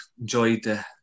enjoyed